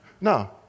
No